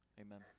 amen